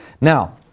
Now